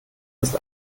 ist